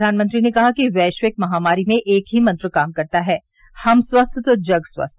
प्रधानमंत्री ने कहा कि वैश्विक महामारी में एक ही मंत्र काम करता है हम स्वस्थ तो जग स्वस्थ